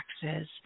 taxes